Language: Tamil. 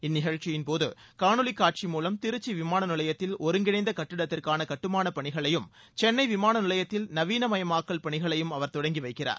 இந்நிகழ்ச்சியின்போது காணொலி காட்சி மூலம் திருச்சி விமான நிலையத்தில் ஒருங்கிணைந்த கட்டிடத்திற்கான கட்டுமானப் பணிகளையும் சென்னை விமான நிலையத்தில் நவீனமயமாக்கல் பணிகளையும் அவர் தொடங்கி வைக்கிறார்